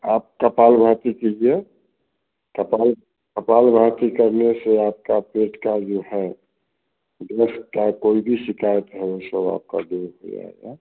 आप कपालभाति कीजिए कपाल कपालभाति करने से आपका पेट का जो है गैस का कोई भी शिकायत है वह सब आपका दूर हो जाएगा